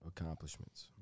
Accomplishments